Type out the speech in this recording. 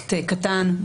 בפרויקט קטן,